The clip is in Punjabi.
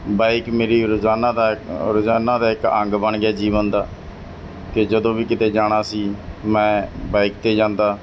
ਬਾਈਕ ਮੇਰੀ ਰੋਜ਼ਾਨਾ ਦਾ ਰੋਜ਼ਾਨਾ ਦਾ ਇੱਕ ਅੰਗ ਬਣ ਗਿਆ ਜੀਵਨ ਦਾ ਕਿ ਜਦੋਂ ਵੀ ਕਿਤੇ ਜਾਣਾ ਸੀ ਮੈਂ ਬਾਈਕ 'ਤੇ ਜਾਂਦਾ